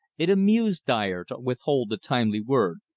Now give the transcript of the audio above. it amused dyer to withhold the timely word,